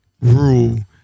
Rule